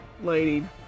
Lady